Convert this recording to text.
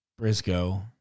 Briscoe